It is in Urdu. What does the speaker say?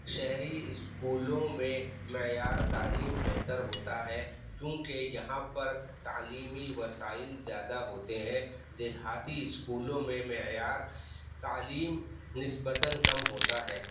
شہری اسکولوں میں معیار تعلیم بہتر ہوتا ہے کیونکہ یہاں پر تعلیمی وسائل زیادہ ہوتے ہیں دیہاتی اسکولوں میں معیار تعلیم نسبتاً کم ہوتا ہے